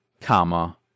comma